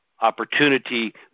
opportunity